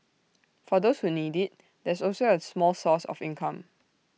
for those who need IT there's also A small source of income